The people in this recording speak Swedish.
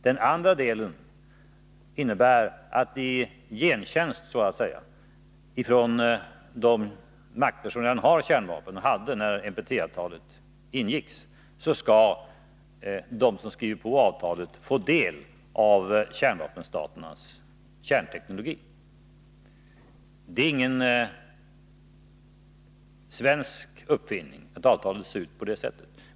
Den andra delen innebär att eftersom vissa makter har och redan hade kärnvapen när NPT-avtalet ingicks, skall de som skriver på avtalet i gengäld få del av kärnvapenstaternas kärnteknologi. Det är ingen svensk uppfinning att avtalet ser ut på det sättet.